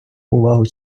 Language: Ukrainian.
увагу